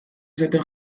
esaten